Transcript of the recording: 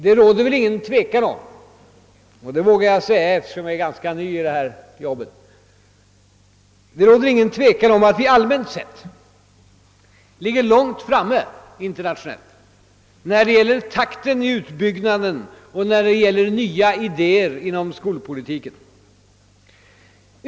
Det råder väl ingen tvekan om — det vågar jag säga, eftersom jag är ganska ny i det här arbetet — att vi allmänt sett ligger långt framme internationellt i fråga om takten i utbyggnaden och vad beträffar nya idéer i skolpolitiken.